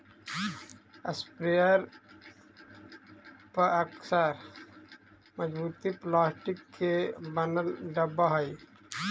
sprayer पअक्सर मजबूत plastic के बनल डब्बा हई